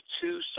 two